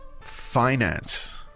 Finance